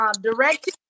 Direct